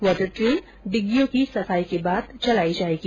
water train डिग्गियों की सफाई के बाद चलाई जाएगी